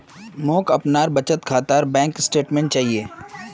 मोक अपनार बचत खातार बैंक स्टेटमेंट्स चाहिए